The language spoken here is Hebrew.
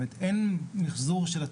זאת אומרת, אין מיחזור של התכנים.